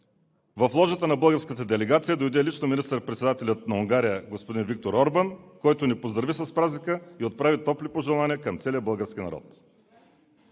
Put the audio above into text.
В ложата на българската делегация дойде лично министър председателят на Унгария господин Виктор Орбан, който ни поздрави с празника и отправи топли пожелания към целия български народ.